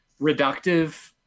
reductive